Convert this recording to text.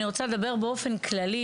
אני רוצה לדבר באופן כללי,